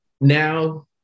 now